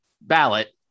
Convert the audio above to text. ballot